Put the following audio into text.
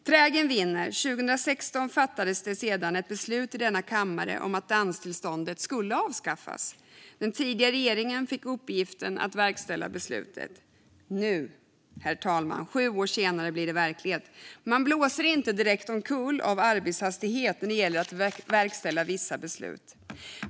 Trägen vinner. År 2016 fattades det ett beslut i denna kammare om att danstillståndet skulle avskaffas. Den tidigare regeringen fick uppgiften att verkställa beslutet. Nu, sju år senare, blir det verklighet. Man blåser inte direkt omkull av arbetshastigheten när det gäller att verkställa vissa beslut.